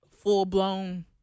full-blown